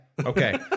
Okay